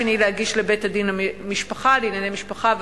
והצד השני הגיש לבית-הדין לענייני משפחה,